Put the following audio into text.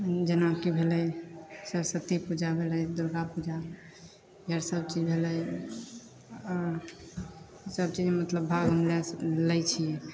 जेना कि भेलय सरस्वती पूजा भेलय दुर्गा पूजा भेलय यहए सभ चीज भेलय सभ चीजमे मतलब भाग लए सक लै छियै